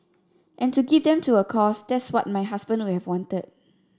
and to give them to a cause that's what my husband would have wanted